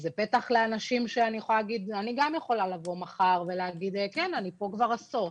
זה פתח לאנשים אני גם יכולה להגיד אני פה כבר עשור.